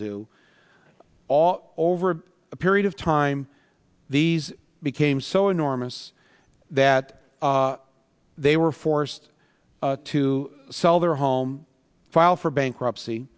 do all over a period of time these became so enormous that they were forced to sell their home file for bankruptcy